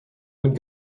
would